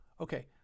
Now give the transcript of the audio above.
okay